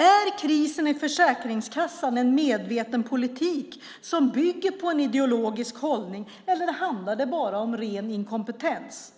Är krisen i Försäkringskassan en medveten politik som bygger på en ideologisk hållning, eller handlar det om ren inkompetens?